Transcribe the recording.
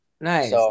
Nice